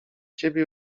ciebie